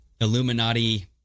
Illuminati